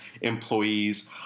employees